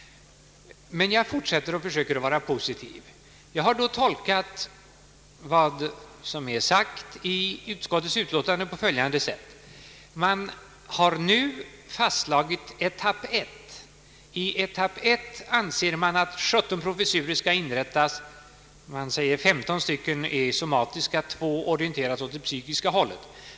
Jag fortsätter emellertid att försöka vara positiv. Jag har då tolkat vad som är sagt i utskottets utlåtande på följande sätt. Man har nu fastslagit etapp 1. I denna första etapp anser man att 17 professurer skall inrättas, varav 15 gäller somatisk vård och två är orienterade åt det psykiska hållet.